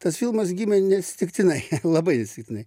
tas filmas gimė neatsitiktinai labai neatsitiktinai